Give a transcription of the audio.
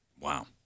Wow